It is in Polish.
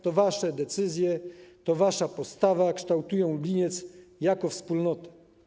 To wasze decyzje, to wasza postawa kształtują Lubliniec jako wspólnotę.